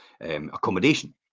accommodation